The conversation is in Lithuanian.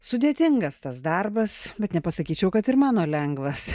sudėtingas tas darbas bet nepasakyčiau kad ir mano lengvas